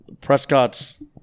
Prescott's